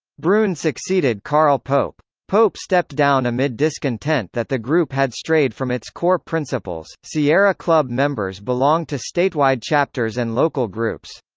brune succeeded carl pope. pope stepped down amid discontent that the group had strayed from its core principles sierra club members belong to statewide chapters and local groups.